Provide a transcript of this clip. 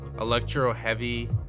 electro-heavy